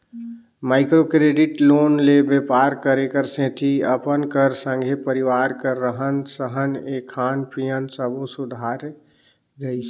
micro credit loan ले बेपार करे कर सेती अपन कर संघे परिवार कर रहन सहनए खान पीयन सब सुधारे गइस